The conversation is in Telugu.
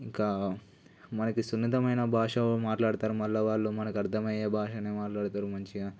ఇంకా మనకి సున్నితమైన భాష మాట్లాడతారు మళ్ళీ వాళ్ళు మనకి అర్థమయ్యే భాషను మాట్లాడతారు మంచిగా